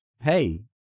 hey